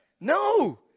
No